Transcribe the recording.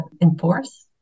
enforce